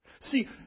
See